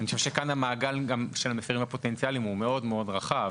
אני חושב שהמעגל של המפירים הפוטנציאליים מאוד מאוד רחב.